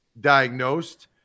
diagnosed